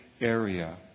area